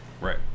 right